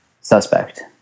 suspect